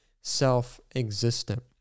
self-existent